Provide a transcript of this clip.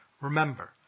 Remember